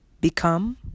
become